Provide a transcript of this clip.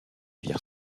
vire